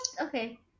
Okay